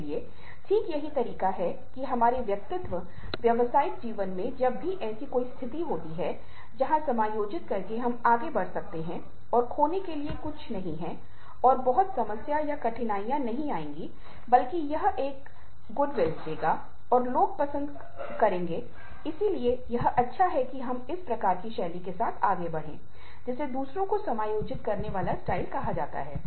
इसी तरह वैकल्पिक कार्य व्यवस्था वहां होती है जहां नौकरी का एक हिस्सा एक व्यक्ति और अन्य भाग वरिष्ठ लोगों द्वारा या परिवार के अन्य सदस्यों द्वारा किया जाएगा